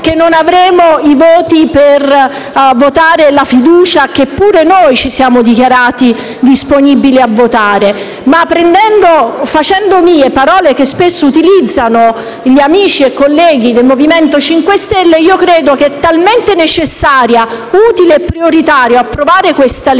che non avremo i voti per votare la fiducia, che anche noi ci siamo dichiarati disponibili a votare. Tuttavia, facendo mie parole che spesso utilizzano gli amici e colleghi del Movimento 5 Stelle, credo sia talmente necessario, utile e prioritario approvare questo disegno